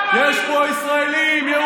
זה לא עובד, גפני, אין פה פריצים.